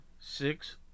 Six